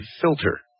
filter